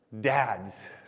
Dads